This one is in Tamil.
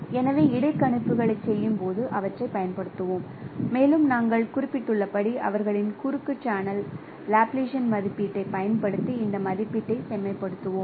எனவே இடைக்கணிப்புகளைச் செய்யும்போது அவற்றைப் பயன்படுத்துவோம் மேலும் நாங்கள் குறிப்பிட்டுள்ளபடி அவர்களின் குறுக்கு சேனல் லாப்லாசியன் மதிப்பீட்டைப் பயன்படுத்தி இந்த மதிப்பீட்டைச் செம்மைப்படுத்துவோம்